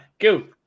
go